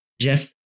Jeff